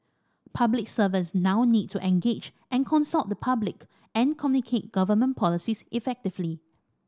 public servants now need to engage and consult the public and communicate government policies effectively